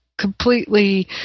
completely